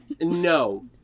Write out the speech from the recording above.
No